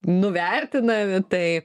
nuvertinami tai